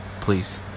please